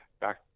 back